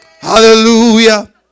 hallelujah